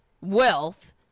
wealth